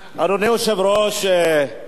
אדוני היושב-ראש, קואליציה.